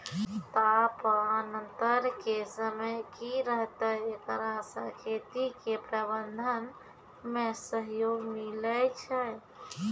तापान्तर के समय की रहतै एकरा से खेती के प्रबंधन मे सहयोग मिलैय छैय?